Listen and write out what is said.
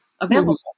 available